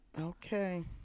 Okay